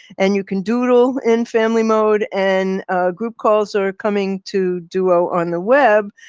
and you can doodle in family mode and group calls are coming to duo on the web,